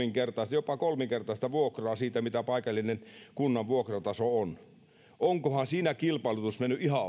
jopa kolminkertaista vuokraa verrattuna siihen mikä paikallinen kunnan vuokrataso on onkohan siinä kilpailutus mennyt ihan oikein tai